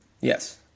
Yes